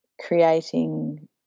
creating